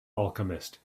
alchemist